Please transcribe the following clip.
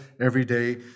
everyday